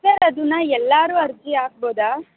sir ಅದನ್ನ ಎಲ್ಲರೂ ಅರ್ಜಿ ಹಾಕ್ಬೋದ